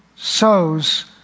sows